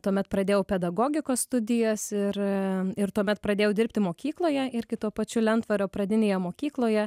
tuomet pradėjau pedagogikos studijas ir ir tuomet pradėjau dirbti mokykloje irgi tuo pačiu lentvario pradinėje mokykloje